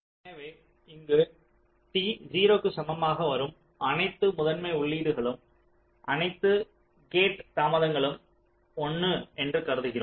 எனவே இங்கே t 0 க்கு சமமாக வரும் அனைத்து முதன்மை உள்ளீடுகளும் அனைத்து கேட் தாமதங்களும் 1 என்று கருதுகிறோம்